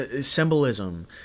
symbolism